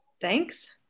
Thanks